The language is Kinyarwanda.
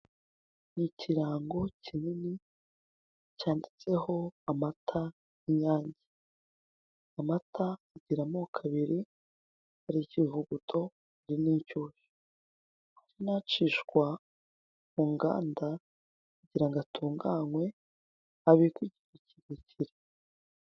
Ni ikirango kinini cyanditseho amata y'inyange amata agira amoko abiri hari ikivuguto hari n'inshyu, hari n'acishwa mu nganda kugira ngo atunganwe abikwe igihe kirekire.